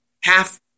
half